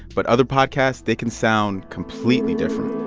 but other podcasts they can sound completely different